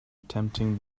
attempting